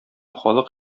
халык